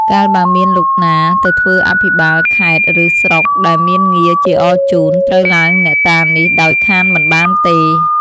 កាលបើមានលោកណាទៅធ្វើអភិបាលខេត្ត ឬ ស្រុក ដែលមានងារជាអរជូន ត្រូវឡើងអ្នកតានេះដោយខានមិនបានទេ ៕